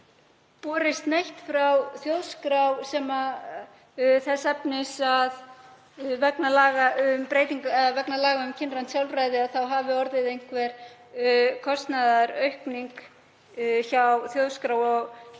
borist neitt frá Þjóðskrá Íslands þess efnis að vegna laga um kynrænt sjálfræði hafi orðið einhver kostnaðaraukning hjá Þjóðskrá og mér